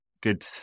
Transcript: good